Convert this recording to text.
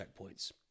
checkpoints